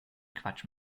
quatsch